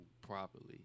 properly